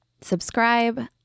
subscribe